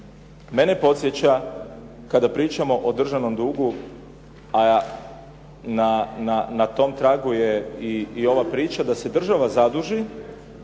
Mene podsjeća kada pričamo o državnom dugu a na tom tragu je i ova priča da se država zaduži,